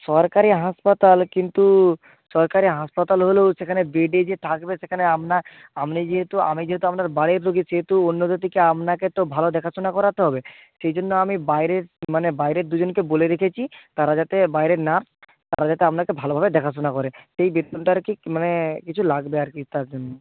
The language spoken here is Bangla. সরকারি হাসপাতাল কিন্তু সরকারি হাসপাতাল হলেও সেখানে বেডে যে থাকবে সেখানে আপনার আপনি যেহেতু আমি যেহেতু আপনার বাড়ির রোগী সেহেতু অন্যদের থেকে আপনাকে তো ভালো দেখাশুনা করাতে হবে সেই জন্য আমি বাইরের মানে বাইরের দুজনকে বলে রেখেছি তারা যাতে বাইরের নার্স তারা যাতে আপনাকে ভালোভাবে দেখাশুনা করে সেই বেতনটা আর কি মানে কিছু লাগবে আর কি তার জন্য